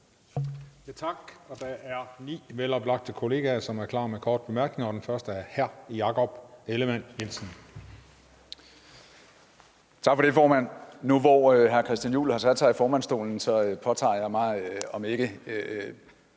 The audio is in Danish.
Tak for det, formand. Nu, hvor hr. Christian Juhl har sat sig i formandsstolen, påtager jeg mig om ikke